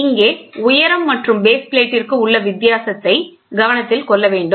இங்கே உயரம் மற்றும் பேஸ் பிளேடிற்கும் உள்ள வித்தியாசத்தை கவனத்தில் கொள்ள வேண்டும்